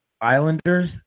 Islanders